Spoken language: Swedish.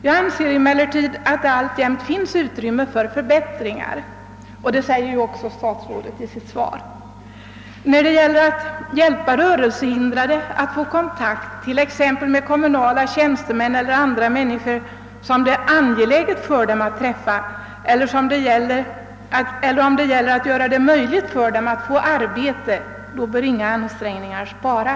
Jag anser emellertid att det alltjämt finns utrymme för förbättringar, och att ytterligare förbättringar behövs framhåller ju även statsrådet i svaret. När det gäller att hjälpa rörelsehindrade att få kontakt med kommunala tjänstemän eller andra människor, som det är angeläget för dem att träffa, el ler om det gäller att göra det möjligt för dem att få arbete, bör inga ansträngningar sparas.